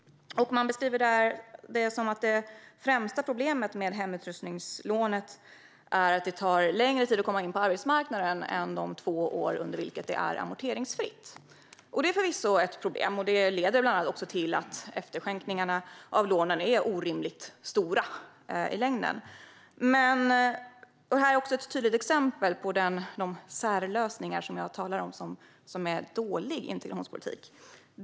Man anser att det främsta problemet med hemutrustningslånet är att det tar längre tid att komma in på arbetsmarknaden är de två år under vilket lånet är amorteringsfritt. Det är förvisso ett problem, och det leder bland annat till att efterskänkningarna av lånen i längden är orimligt många. Det är ett tydligt exempel på de särlösningar jag talar om som är dålig integrationspolitik.